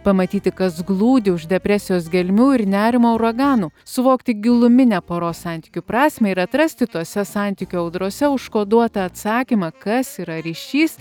pamatyti kas glūdi už depresijos gelmių ir nerimo uraganų suvokti giluminę poros santykių prasmę ir atrasti tuose santykių audrose užkoduotą atsakymą kas yra ryšys